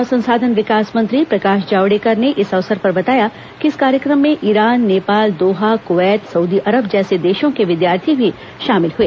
मानव संसाधन विकास मंत्री प्रकाश जावड़ेकर ने इस अवसर पर बताया कि इस कार्यक्रम में Iran Nepal Doha Kuwait Saudi Arab जैसे देशों के विद्यार्थी भी शामिल हुए